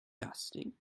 disgusting